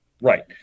Right